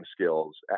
skills